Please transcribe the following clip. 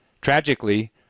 Tragically